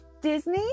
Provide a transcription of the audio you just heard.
Disney